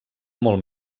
molt